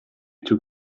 took